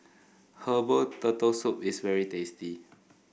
Herbal Turtle Soup is very tasty